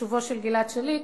לשובו של גלעד שליט,